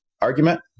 argument